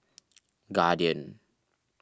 Guardian